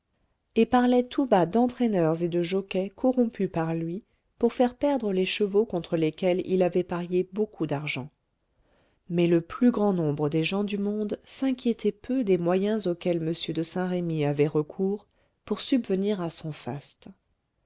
et parlaient tout bas d'entraîneurs et de jockeys corrompus par lui pour faire perdre les chevaux contre lesquels il avait parié beaucoup d'argent mais le plus grand nombre des gens du monde s'inquiétaient peu des moyens auxquels m de saint-remy avait recours pour subvenir à son faste